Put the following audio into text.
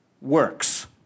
works